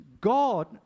God